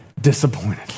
disappointed